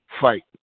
fight